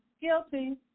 Guilty